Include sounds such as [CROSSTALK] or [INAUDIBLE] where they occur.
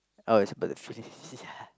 oh [NOISE]